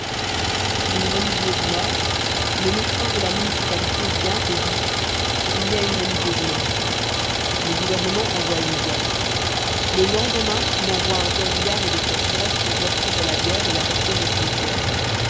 une religieuse meurt le médecin de la municipalité vient et dit il y a une religieuse morte le gouvernement envoie une bière le lendemain il envoie un corbillard et des croque-morts pour reprendre la bière et la porter au cimetière